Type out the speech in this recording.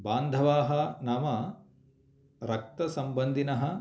बान्धवाः नाम रक्तसम्बन्धिनः